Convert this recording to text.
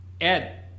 Ed